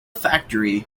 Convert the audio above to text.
factory